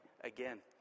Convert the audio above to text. again